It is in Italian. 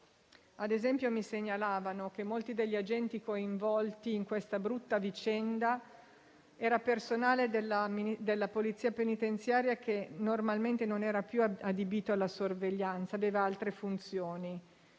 ad esempio, mi segnalavano che molti degli agenti coinvolti in questa brutta vicenda era personale della Polizia penitenziaria normalmente non più adibito alla sorveglianza, ma preposto ad altre funzioni;